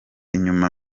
inyuma